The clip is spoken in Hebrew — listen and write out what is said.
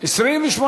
9 נתקבלו.